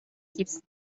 keeps